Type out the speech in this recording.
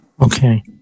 Okay